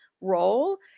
role